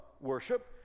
worship